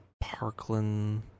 Parkland